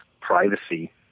privacy